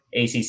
acc